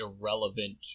irrelevant